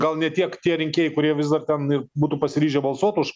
gal ne tiek tie rinkėjai kurie vis dar ten būtų pasiryžę balsuot už